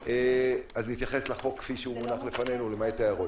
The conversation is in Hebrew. ואז נתייחס לחוק כפי שהוא מונח לפנינו למעט ההערות.